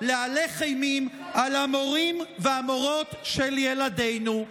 להלך אימים על המורים והמורות של ילדינו.